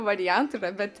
variantų yra bet